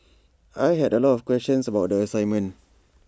I had A lot of questions about the assignment